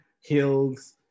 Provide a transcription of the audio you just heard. hills